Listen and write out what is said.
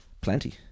Plenty